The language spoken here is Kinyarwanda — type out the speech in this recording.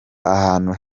ahantu